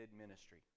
ministry